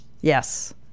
Yes